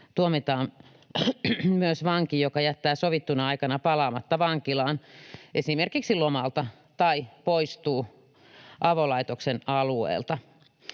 tuomitaan myös vanki, joka jättää sovittuna aikana palaamatta vankilaan esimerkiksi lomalta tai poistuu avolaitoksen alueelta.